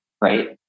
right